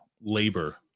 labor